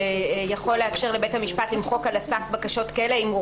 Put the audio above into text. שיכול לאפשר לבית המשפט למחוק על הסף בקשות כאלה אם הוא